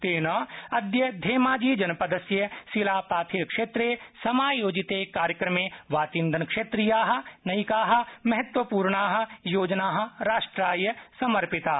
तेन अद्य द्यामाश्री जनपदस्य सिलापाधेरक्षेत्रे समायोजिते कार्यक्रमे वातीन्धनक्षेत्रीया नैका महत्वपूर्णा योजना राष्ट्राय समर्पिता